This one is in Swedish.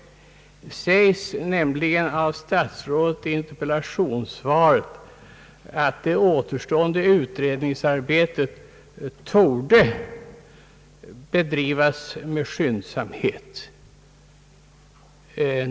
Statsrådet skriver nämligen i interpellationssvaret att det återstående utredningsarbetet »torde» bedrivas med skyndsamhet.